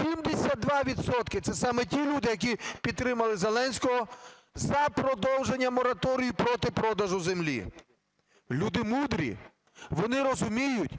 – це саме ті люди, які підтримали Зеленського, за продовження мораторію проти продажу землі. Люди мудрі, вони розуміють,